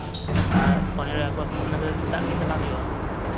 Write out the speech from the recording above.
ᱟᱨ ᱯᱚᱨᱮᱨᱚᱭ ᱟᱜᱚᱥᱴ ᱚᱱᱟ ᱫᱚ ᱥᱮᱛᱟᱜ ᱨᱮᱜᱮ ᱪᱟᱞᱟᱣ ᱦᱩᱭᱩᱜᱼᱟ